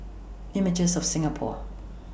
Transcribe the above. Images of Singapore